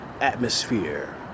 atmosphere